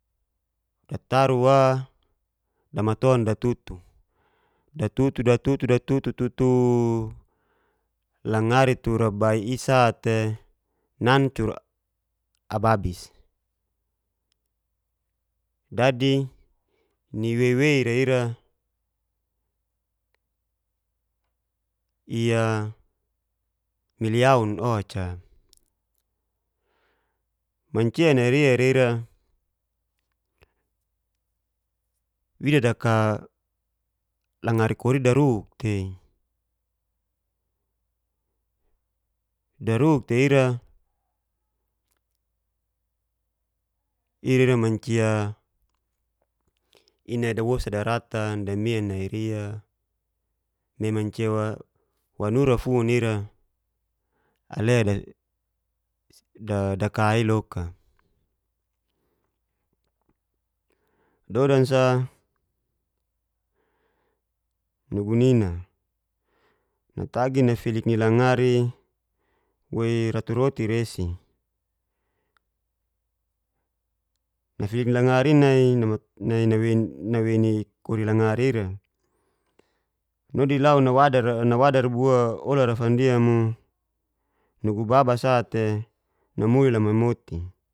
Dataru wa damaton da tutu, datutu datutu datutu tutu langari tura bai isa'te nancur ababis. Dadi ni wei-weira ira miliau o'ca, mancia nari'a reira wida daka langari kori'i daruk tei, daruk tei'ira i'rira mancia inai dawosa daratan damian nai ria, me mancia wanura fun ira ale daka i'loka. Dodan sa nugu nina natgi nafilik ni langari woi ratu roti seri, nafilik ni langari in'nai nawei-nawei ni kori langari ira nodi lau nawadar bua olara fandia mo nugu baba sa'te namuli lamai moti.